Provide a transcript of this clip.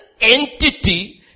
entity